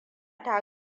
ta